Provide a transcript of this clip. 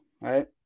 right